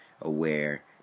aware